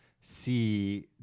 see